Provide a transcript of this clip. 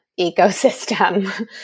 ecosystem